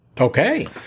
Okay